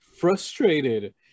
frustrated